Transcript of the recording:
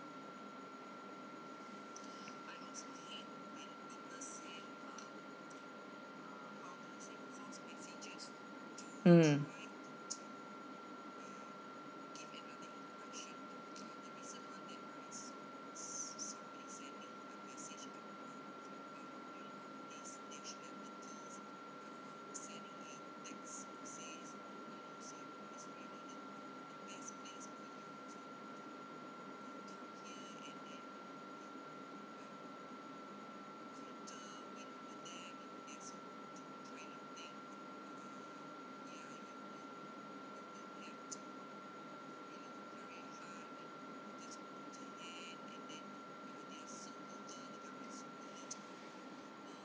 mm